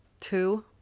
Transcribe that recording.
Two